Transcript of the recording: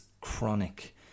chronic